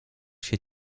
się